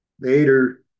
Later